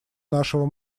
нашего